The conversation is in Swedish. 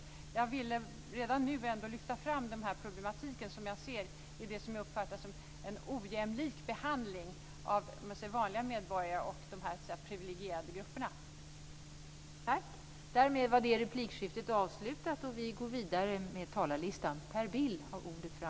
Men jag ville ändå redan nu lyfta fram problematiken i det som jag uppfattar som en ojämlik behandling av vanliga medborgare och de privilegierade grupperna.